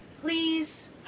Please